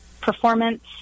performance